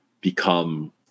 become